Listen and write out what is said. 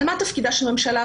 מה תפקידה של הממשלה,